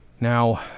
Now